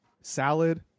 Salad